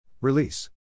Release